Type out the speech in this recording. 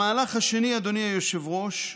המהלך השני, אדוני היושב-ראש,